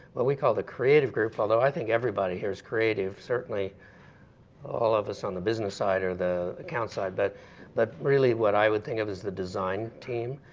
what we call, creative group although i think everybody here's creative, certainly all of us on the business side, or the account side. but but really what i would think of is the design team.